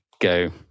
go